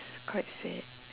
it's quite sad